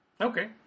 Okay